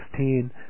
16